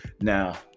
Now